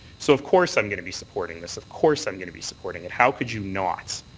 so of course i'm going to be supporting this. of course i'm going to be supporting it. how could you not?